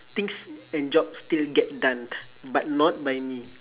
things and jobs still get done but not by me